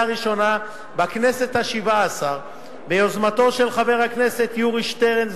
הראשונה בכנסת השבע-עשרה ביוזמתו של חבר הכנסת יורי שטרן,